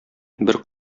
бер